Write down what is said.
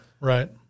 Right